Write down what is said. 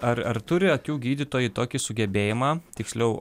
ar ar turi akių gydytojai tokį sugebėjimą tiksliau